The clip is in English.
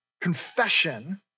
confession